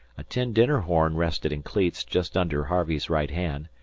a tin dinner-horn rested in cleats just under harvey's right hand,